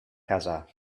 casa